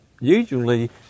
usually